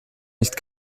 nicht